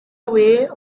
away